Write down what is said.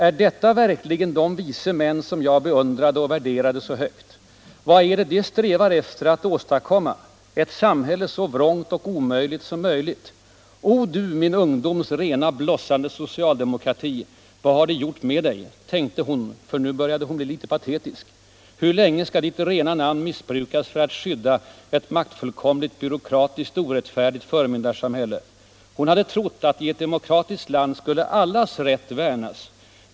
Är detta verkligen de vise män som jag beundrade och värderade så högt? Vad är det de strävar efter att åstadkomma — ett samhälle så vrångt och omöjligt som möjligt? O, du min ungdoms rena blossande socialdemokrati, vad har de gjort med dej, tänkte hon , hur länge ska ditt rena namn missbrukas för att skydda ett maktfullkomligt byråkratiskt orättfärdigt förmyndarsamhälle? Hon hade trott att i ett demokratiskt land skulle allas rätt värnas.